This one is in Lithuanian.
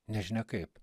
nežinia kaip